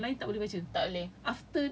mm tak boleh